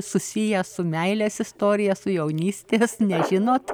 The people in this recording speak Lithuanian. susiję su meilės istorija su jaunystės nežinot